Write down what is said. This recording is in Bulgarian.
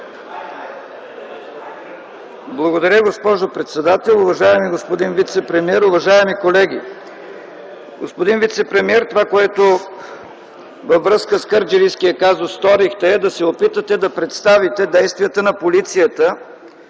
Благодаря, госпожо председател. Уважаеми господин вицепремиер, уважаеми колеги! Господин вицепремиер, това, което сторихте във връзка с кърджалийския казус, е да се опитате да представите действията на полицията